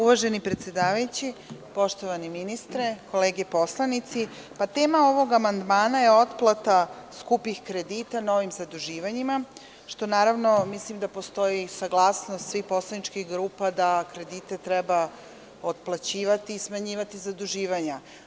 Uvaženi predsedavajući, poštovani ministre, kolege poslanici, tema ovog amandmana je otplata skupih kredita novim zaduživanjima, za šta mislim da postoji saglasnost svih poslaničkih grupa da kredite treba otplaćivati i smanjivati zaduživanja.